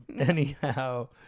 anyhow